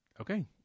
Okay